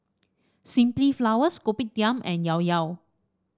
Simply Flowers Kopitiam and Llao Llao